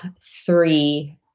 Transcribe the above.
three